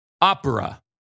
Opera